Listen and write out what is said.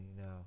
now